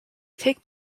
take